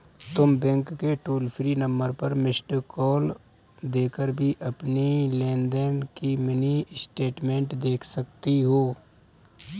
तुम बैंक के toll free number पर मिस्ड कॉल देकर भी अपनी लेन देन की मिनी स्टेटमेंट देख सकती हो